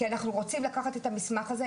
כי אנחנו רוצים לקחת את המסמך הזה,